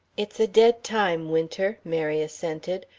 it's a dead time, winter, mary assented.